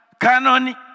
Canon